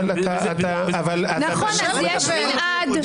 אבל גיל, זה שזה המצב המשפטי- -- זה